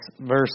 Verse